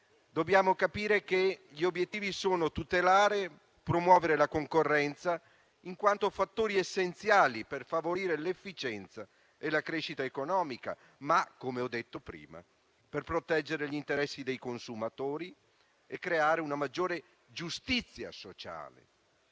dobbiamo capire che gli obiettivi sono tutelare e promuovere la concorrenza in quanto fattore essenziale per favorire l'efficienza e la crescita economica, ma - come ho detto prima - anche per proteggere gli interessi dei consumatori e creare una maggiore giustizia sociale.